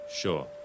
Sure